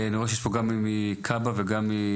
אני רואה שיש לנו פה גם מכב״ה וגם ממד״א,